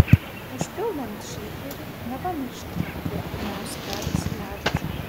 užpildant šeikerį nepamirškite jog pirmiausia dedasi ledas